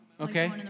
Okay